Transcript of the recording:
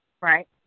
right